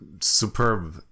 superb